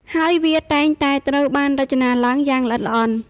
ហើយវាតែងតែត្រូវបានរចនាឡើងយ៉ាងល្អិតល្អន់។